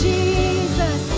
Jesus